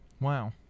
wow